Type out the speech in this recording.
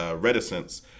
reticence